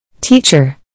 Teacher